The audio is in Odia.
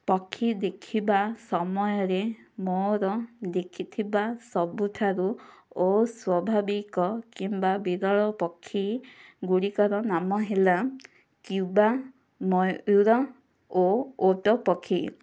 ପକ୍ଷୀ ଦେଖିବା ସମୟରେ ମୋର ଦେଖିଥିବା ସବୁଠାରୁ ଓ ସ୍ୱାଭାବିକ କିମ୍ବା ବିରଳ ପକ୍ଷୀ ଗୁଡ଼ିକର ନାମ ହେଲା କ୍ୟୁବା ମୟୁର ଓ ଓଟ ପକ୍ଷୀ